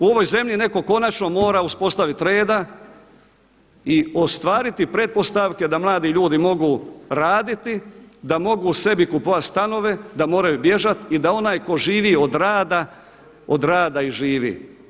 U ovoj zemlji netko konačno mora uspostaviti reda i ostvariti pretpostavke da mladi ljudi mogu raditi, da mogu sabi kupovati stanove, da moraju bježat i da onaj tko živi od rada od rada i živi.